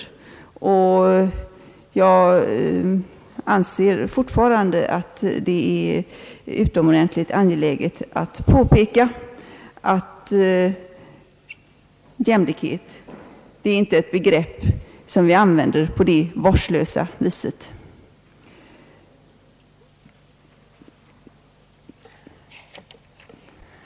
Jag anser fortfarande att det är utomordentligt angeläget att påpeka att jämlikhet inte är ett begrepp som vi använder på detta vårdslösa sätt.